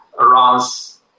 Runs